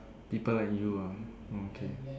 people let you ah oh okay